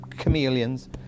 chameleons